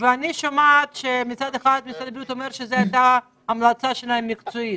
ואני שומעת שמצד אחד משרד הבריאות אומר שזו הייתה ההמלצה המקצועית שלו,